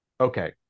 okay